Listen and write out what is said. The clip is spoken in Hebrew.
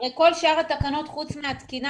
הרי כל שאר התקנות חוץ מהתקינה,